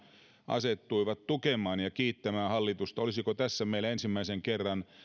asettuivat tukemaan ja kiittämään hallitusta olisiko tässä meillä ensimmäisen kerran